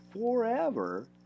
forever